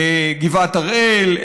גבעת הראל,